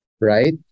Right